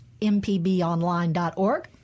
mpbonline.org